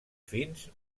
fins